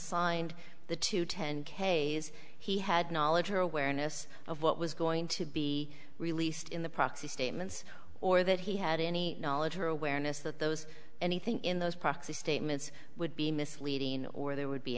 signed the to ten days he had knowledge or awareness of what was going to be released in the proxy statements or that he had any knowledge or awareness that those anything in those proxy statements would be misleading or there would be